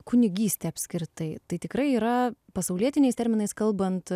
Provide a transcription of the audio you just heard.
kunigystė apskritai tai tikrai yra pasaulietiniais terminais kalbant